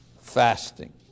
fasting